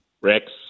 Rex